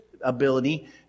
ability